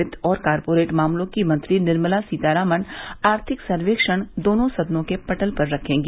वित्त और कॉरपोरेट मामलों की मंत्री निर्मला सीतारामन आर्थिक सर्वेक्षण दोंनो सदनों के पटल पर रखेंगी